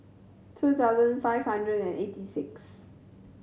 two thousand five hundred and eighty sixth